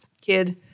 kid